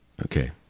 okay